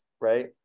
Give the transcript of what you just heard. right